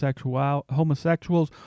homosexuals